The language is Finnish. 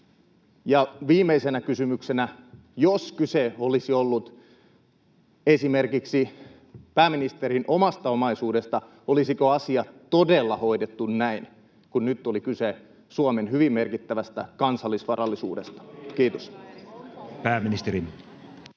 Ja viimeisenä kysymyksenä: jos kyse olisi ollut esimerkiksi pääministerin omasta omaisuudesta, olisiko asia todella hoidettu näin, kun nyt oli kyse Suomen hyvin merkittävästä kansallisvarallisuudesta? — Kiitos.